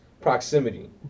proximity